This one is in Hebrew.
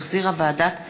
שהחזירה ועדת העבודה,